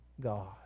God